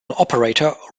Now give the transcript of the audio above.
operator